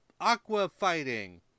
aqua-fighting